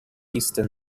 eastern